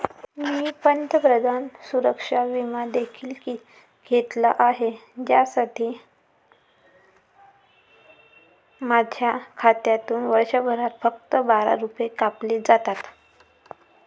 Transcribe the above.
मी पंतप्रधान सुरक्षा विमा देखील घेतला आहे, ज्यासाठी माझ्या खात्यातून वर्षभरात फक्त बारा रुपये कापले जातात